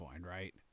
right